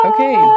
Okay